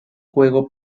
juego